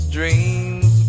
Dreams